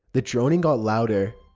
the droning got louder.